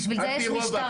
בשביל זה יש משטרה.